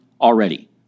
already